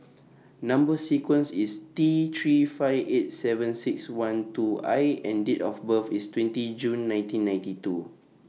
Number sequence IS T three five eight seven six one two I and Date of birth IS twenty June nineteen ninety two